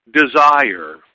desire